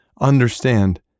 understand